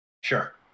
Sure